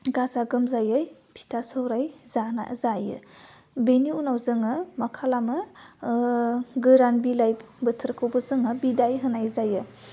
गाजा गोमजायै फिथा सौराइ जाना जायो बेनि उनाव जोङो मा खालामो गोरान बिलाइ बोथोरखौबो जोङो बिदाइ होनाय जायो